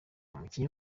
umukinnyi